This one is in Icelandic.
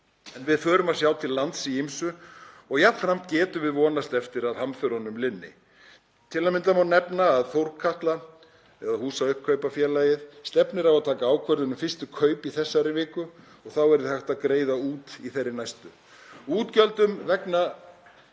en við förum að sjá til lands í ýmsu og jafnframt getum við vonast eftir að hamförunum linni. Til að mynda má nefna að Þórkatla, eða húsauppkaupafélagið, stefnir á að taka ákvörðun um fyrstu kaup í þessari viku og þá verði hægt að greiða út í þeirri næstu. Vegna